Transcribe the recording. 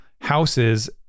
houses